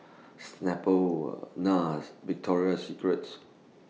Snapple Nars Victoria Secrets